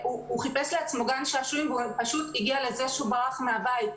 הוא חיפש לעצמו גן שעשועים וזה הגיע לזה שהוא ברח מהבית.